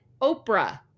Oprah